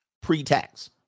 pre-tax